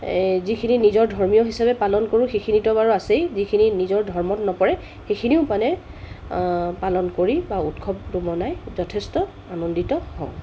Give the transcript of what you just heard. যিখিনি নিজৰ ধৰ্মীয় হিচাপে পালন কৰোঁ সেইখিনিটো বাৰু আছেই যিখিনি নিজৰ ধৰ্মত নপৰে সেইখিনিও মানে পালন কৰি বা উৎসৱ মনাই যথেষ্ট আনন্দিত হওঁ